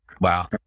Wow